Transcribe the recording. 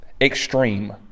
extreme